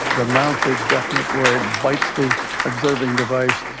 the mouth is definite where it bites the observing device,